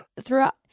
throughout